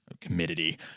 committee